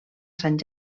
sant